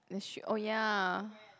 that's true oh ya